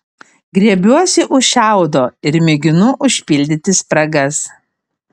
griebiuosi už šiaudo ir mėginu užpildyti spragas